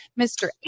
Mr